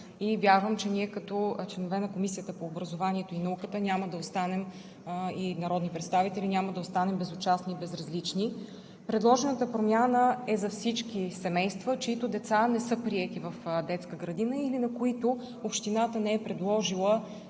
вярвам, че ние като членове на Комисията по образованието и науката и народни представители няма да останем безучастни и безразлични. Предложената промяна е за всички семейства, чиито деца не са приети в детска градина или на които общината не е предложила